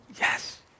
Yes